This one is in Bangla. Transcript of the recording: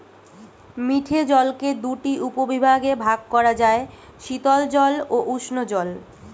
মিঠে জলকে দুটি উপবিভাগে ভাগ করা যায়, শীতল জল ও উষ্ঞ জল